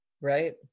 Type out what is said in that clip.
Right